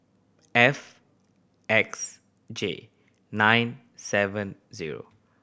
F X J nine seven zero